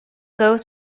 goes